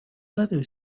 نداری